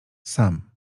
sam